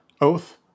Oath